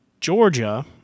Georgia